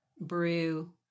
brew